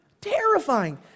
terrifying